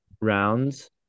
rounds